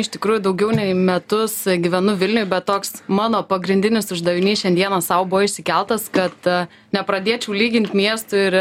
iš tikrųjų daugiau nei metus gyvenu vilniuj bet toks mano pagrindinis uždavinys šiandieną sau buvo išsikeltas kad nepradėčiau lygint miestų ir